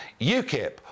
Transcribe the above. UKIP